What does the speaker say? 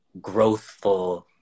growthful